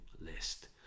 list